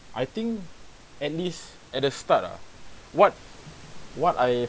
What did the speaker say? I think at least at the start ah what what I